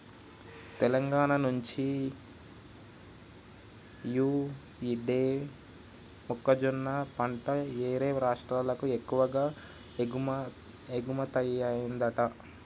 తెలంగాణా నుంచి యీ యేడు మొక్కజొన్న పంట యేరే రాష్టాలకు ఎక్కువగా ఎగుమతయ్యిందంట